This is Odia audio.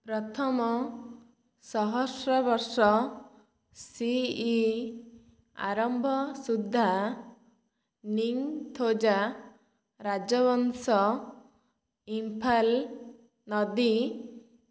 ପ୍ରଥମ ସହସ୍ର ବର୍ଷ ସିଇ ଆରମ୍ଭ ସୁଦ୍ଧା ନିଙ୍ଗଥୋଜା ରାଜବଂଶ ଇମ୍ଫାଲ ନଦୀ